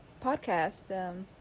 podcast